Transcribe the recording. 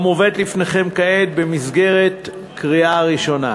המובאת לפניכם כעת במסגרת קריאה ראשונה.